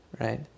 Right